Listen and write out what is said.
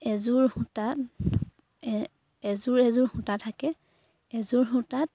এযোৰ সূতাত এযোৰ এযোৰ সূতা থাকে এযোৰ সূতাত